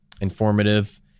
informative